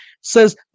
says